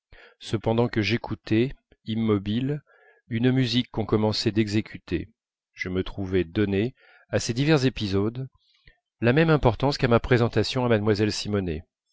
cependant que j'écoutais immobile une musique qu'on commençait d'exécuter je me trouvais donner à ces divers épisodes la même importance qu'à ma présentation à mlle simonet